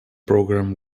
program